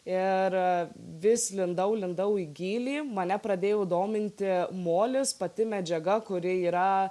ir vis lindau lindau į gylį mane pradėjo dominti molis pati medžiaga kuri yra